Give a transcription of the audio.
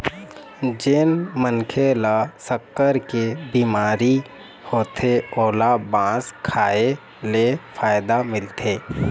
जेन मनखे ल सक्कर के बिमारी होथे ओला बांस खाए ले फायदा मिलथे